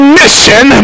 mission